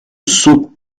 sceaux